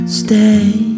stay